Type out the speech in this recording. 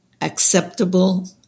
acceptable